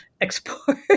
export